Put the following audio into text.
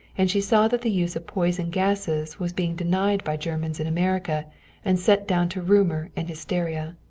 and she saw that the use of poison gases was being denied by germans in america and set down to rumor and hysteria.